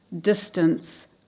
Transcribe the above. distance